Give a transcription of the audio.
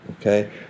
Okay